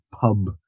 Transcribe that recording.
pub